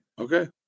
Okay